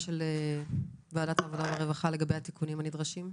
של ועדת העבודה והרווחה לגבי התיקונים הנדרשים?